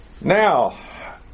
Now